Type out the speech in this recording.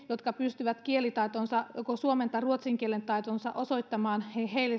jotka pystyvät kielitaitonsa joko suomen tai ruotsin kielen taitonsa osoittamaan